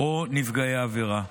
או נפגעי העבירה.